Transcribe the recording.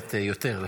מאפשרת יותר לפעמים.